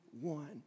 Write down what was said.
one